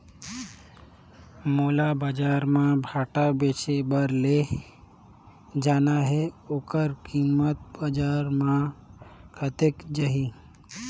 मोला बजार मां भांटा बेचे बार ले जाना हे ओकर कीमत बजार मां कतेक जाही?